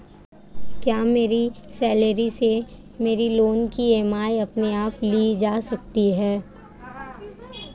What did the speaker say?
क्या मेरी सैलरी से मेरे लोंन की ई.एम.आई अपने आप ली जा सकती है?